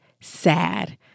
sad